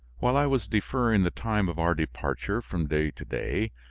while i was deferring the time of our departure from day to day,